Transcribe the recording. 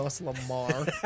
Lamar